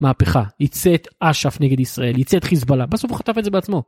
מהפכה עם צאת אשף נגד ישראל עם צאת חיזבאללה בסוף הוא חטף את זה בעצמו.